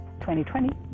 2020